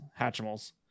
Hatchimals